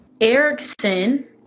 Erickson